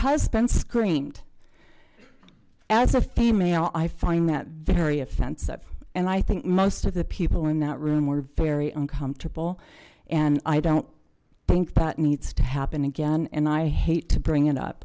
husband screamed as a female i find that very offensive and i think most of the people in that room were very uncomfortable and i don't think that needs to happen again and i hate to bring it up